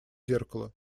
зеркало